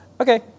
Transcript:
Okay